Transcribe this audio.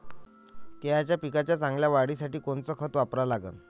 केळाच्या पिकाच्या चांगल्या वाढीसाठी कोनचं खत वापरा लागन?